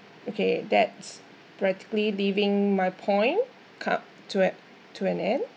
okay that's practically leaving my point cup to an to an end